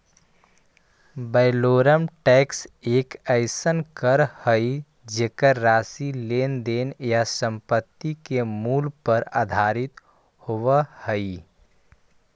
valorem tax एक अइसन कर हइ जेकर राशि लेन देन या संपत्ति के मूल्य पर आधारित होव हइ